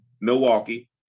Milwaukee